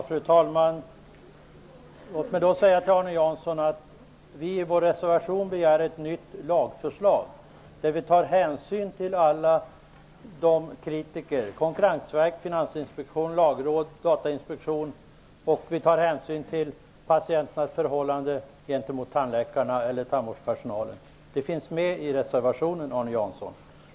Fru talman! Låt mig säga till Arne Jansson att vi i regeringspartierna begär i vår reservation ett nytt lagförslag, där hänsyn skall tas till kritiken från Datainspektionen. Hänsyn skall också tas i lagförslaget till patienternas förhållande gentemot tandläkarna och övrig tandvårdspersonal. Det finns medtaget i reservationen, Arne Jansson.